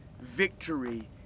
victory